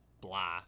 blah